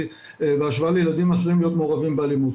בהשוואה לילדים אחרים להיות מעורבים באלימות.